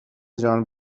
جان